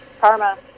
Karma